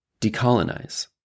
Decolonize